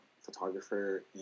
photographer